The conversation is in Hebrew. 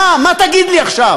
מה, מה תגיד לי עכשיו?